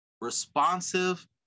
responsive